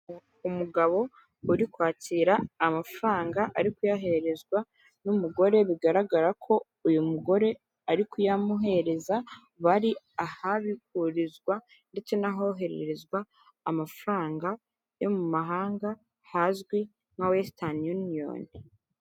Umugabo uri kwakira amafaranga ari kuyoherezwa n'umugore bigaragara ko uyu mugore ari kuyamuhereza, bari ahabihurizwa ndetse n'ahohererezwa amafaranga yo mu mahanga hazwi nka wesitani yuniyoni.